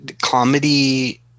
comedy